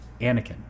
Anakin